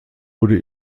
wurde